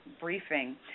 briefing